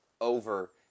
over